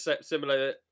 similar